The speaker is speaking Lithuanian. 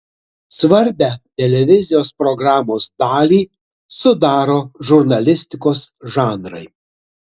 svarbią televizijos programos dalį sudaro žurnalistikos žanrai